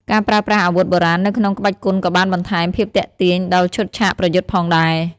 ការប្រើប្រាស់អាវុធបុរាណនៅក្នុងក្បាច់គុនក៏បានបន្ថែមភាពទាក់ទាញដល់ឈុតឆាកប្រយុទ្ធផងដែរ។